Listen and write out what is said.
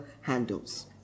handles